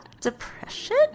depression